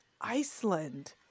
Iceland